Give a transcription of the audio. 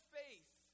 faith